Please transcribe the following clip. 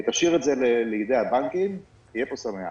תשאיר את זה לידי הבנקים יהיה פה שמח.